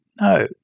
No